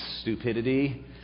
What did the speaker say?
stupidity